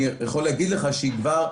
אני יכול להגיד לך שהיא כבר,